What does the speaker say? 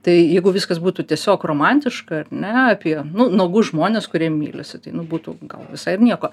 tai jeigu viskas būtų tiesiog romantiška ar ne apie nu nuogus žmones kurie mylisi tai nu būtų gal visai ir nieko